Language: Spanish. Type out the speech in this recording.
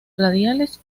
radiales